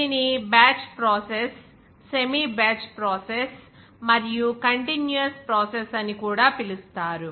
దీనిని batch process semi batch process మరియు continuous process అని కూడా పిలుస్తారు